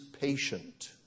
patient